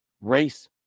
race